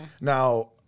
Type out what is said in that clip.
Now